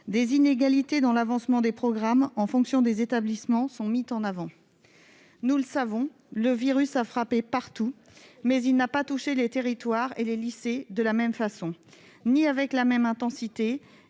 Des inégalités dans l'avancement dans les programmes, en fonction des établissements, sont mises en avant. Nous le savons, le virus a frappé partout, mais il n'a pas touché tous les territoires et tous les lycées de la même façon, ni avec la même intensité